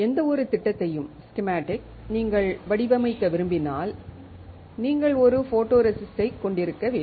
எந்தவொரு திட்டத்தையும் நீங்கள் வடிவமைக்க விரும்பினால் நீங்கள் ஒரு ஃபோட்டோரெசிஸ்ட்டைக் கொண்டிருக்க வேண்டும்